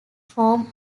form